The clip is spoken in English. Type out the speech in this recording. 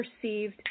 perceived